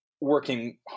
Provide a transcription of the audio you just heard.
working